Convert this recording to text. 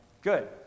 good